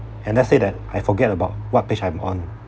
and let say that I forget about what page I'm on